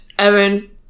Evan